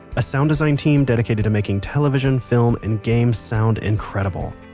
a sound design team dedicated to making television, film, and games sound incredible.